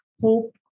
Hope